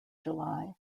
july